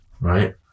right